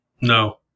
No